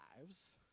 lives